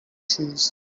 cheese